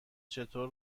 چطور